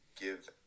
give